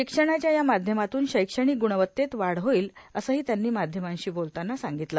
शिक्षणाच्या या माध्यमातून शैक्षणिक ग्णवत्तेत वाढ होईल असंही त्यांनी माध्यमांशी बोलतांना सांगितलं